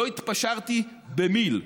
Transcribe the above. לא התפשרתי במיל.